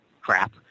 crap